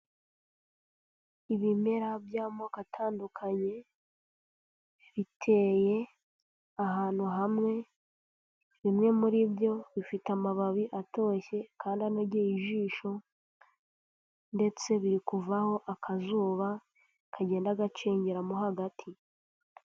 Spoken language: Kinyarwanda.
Ibimera by'amoko atandukanye biteye ahantu hamwe bimwe muri byo bifite amababi atoshye kandi anogeye ijisho ndetse bikurivaho akazuba kagenda gacengeramo hagati.